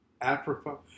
Apropos